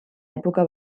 època